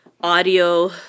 audio